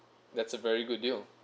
that's a very good deal